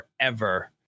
forever